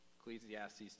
Ecclesiastes